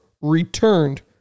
returned